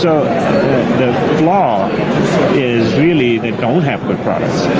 so the flaw is really they don't have good products.